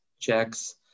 checks